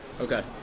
Okay